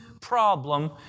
problem